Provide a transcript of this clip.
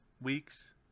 week's